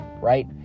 Right